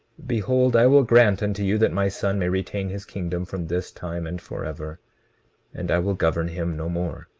behold, i will grant unto you that my son may retain his kingdom from this time and forever and i will govern him no more